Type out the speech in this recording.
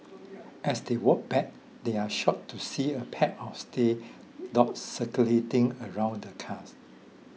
as they walked back they are shocked to see a pack of stay dogs circulating around the cars